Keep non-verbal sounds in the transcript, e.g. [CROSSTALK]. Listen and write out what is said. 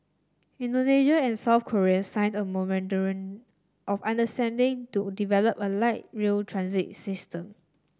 Indonesia and South Korea signed a [UNINTELLIGIBLE] of understanding to develop a light rail transit system